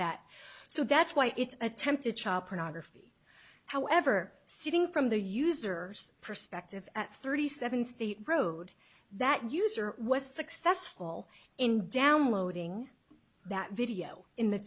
that so that's why it's attempted child pornography however sitting from the user perspective at thirty seven state road that user was successful in downloading that video in the